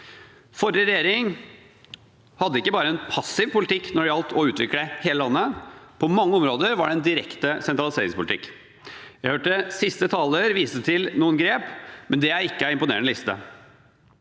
Forrige regjering hadde ikke bare en passiv politikk når det gjaldt å utvikle hele landet. På mange områder var det en direkte sentraliseringspolitikk. Jeg hørte at siste taler viste til noen grep, men det er ikke en imponerende liste.